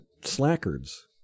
slackers